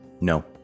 No